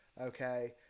Okay